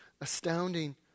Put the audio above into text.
astounding